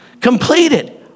Completed